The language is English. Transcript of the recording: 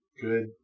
good